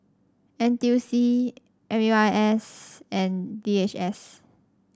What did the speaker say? N T U C M U I S and D H S